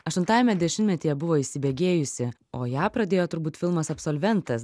aštuntajame dešimtmetyje buvo įsibėgėjusi o ją pradėjo turbūt filmas absolventas